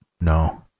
No